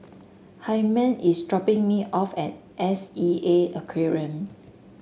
Hymen is dropping me off at S E A Aquarium